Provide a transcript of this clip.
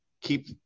keep